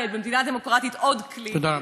תודה לאל, במדינה דמוקרטית, עוד כלי, תודה רבה.